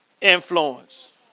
influence